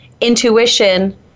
intuition